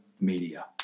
media